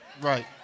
Right